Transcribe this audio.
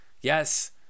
Yes